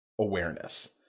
awareness